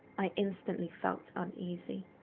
i instantly felt uneasy.